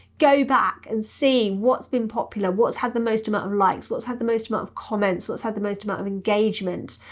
go back and see what's been popular? what's had the most amount of likes? what's had the most amount of comments? what's had the most amount of engagement?